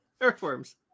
Earthworms